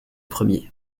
premier